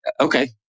Okay